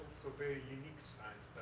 very unique signs